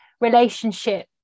relationship